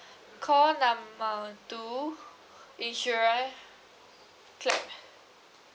call number two insurance clap